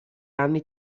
anni